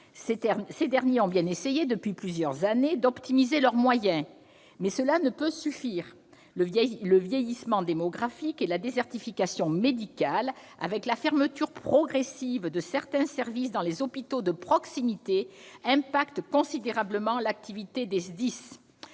Ces derniers ont bien essayé, depuis plusieurs années, d'optimiser leurs moyens, mais cela ne peut suffire ! Le vieillissement démographique et la désertification médicale, avec la fermeture progressive de certains services dans les hôpitaux de proximité, impactent considérablement l'activité des SDIS.